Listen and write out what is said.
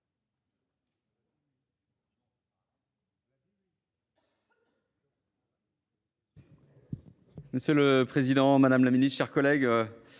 Monsieur le président, madame la ministre, mes chers collègues,